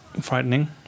frightening